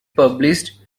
published